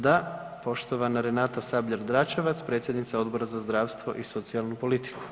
Da, poštovana Renata Sabljak Dračevac, predsjednica Odbora za zdravstvo i socijalnu politiku.